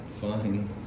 fine